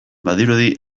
badirudi